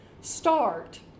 start